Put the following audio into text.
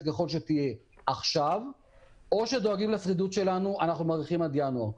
ככל שתהיה עכשיו או שדואגים לשרידות שלנו עד ינואר,